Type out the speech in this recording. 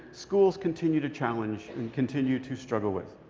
schools continue to challenge and continue to struggle with.